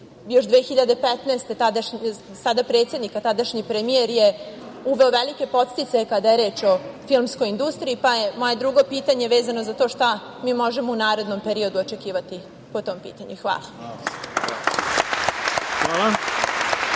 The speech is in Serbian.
godine, sada predsednika, a tadašnji premijer je uveo velike podsticaje kada je reč o filmskoj industriji, pa je moje drugo pitanje vezano za to šta mi možemo u narednom periodu očekivati po tom pitanju. Hvala. **Ivica